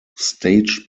staged